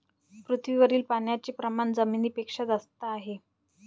पृथ्वीवरील पाण्याचे प्रमाण जमिनीपेक्षा जास्त आहे